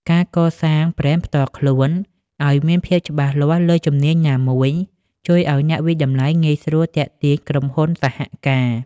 ការកសាងប្រេនផ្ទាល់ខ្លួន ឱ្យមានភាពច្បាស់លាស់លើជំនាញណាមួយ ជួយឱ្យអ្នកវាយតម្លៃងាយស្រួលទាក់ទាញក្រុមហ៊ុនសហការ។